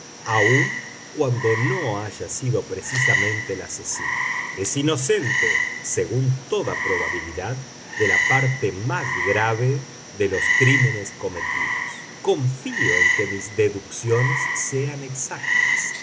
aun cuando no haya sido precisamente el asesino es inocente según toda probabilidad de la parte más grave de los crímenes cometidos confío en que mis deducciones sean exactas